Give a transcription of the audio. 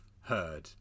heard